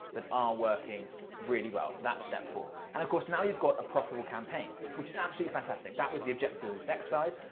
that are working really well. that's step four. and of course now you've got a profitable campaign, which is absolutely fantastic. that was the objective of this exercise,